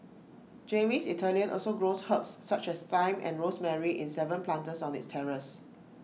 Jamie's Italian also grows herbs such as thyme and rosemary in Seven planters on its terrace